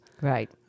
Right